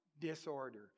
disorder